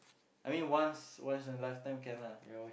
I mean once once in a lifetime can lah